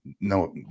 no